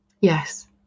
Yes